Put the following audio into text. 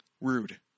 Rude